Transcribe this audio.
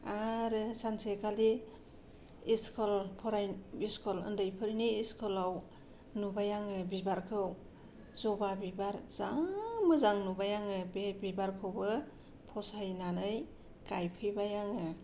आरो सानसेखालि स्कुल फराय उन्दैफोरनि स्कुलाव नुबाय आङो बिबारखौ जबा बिबार जा मोजां नुबाय आङो बे बिबारखौबो फसायनानै गायफैबाय आङो